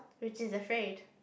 which is afraid